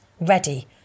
ready